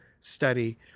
study